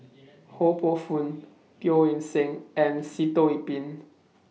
Ho Poh Fun Teo Eng Seng and Sitoh Yih Pin